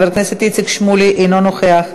חבר הכנסת איציק שמולי, אינו נוכח.